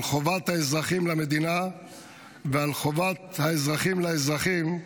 על חובת האזרחים למדינה ועל חובת האזרחים לאזרחים,